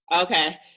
Okay